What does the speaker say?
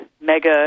mega